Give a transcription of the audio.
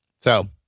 So-